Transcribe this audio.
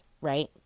right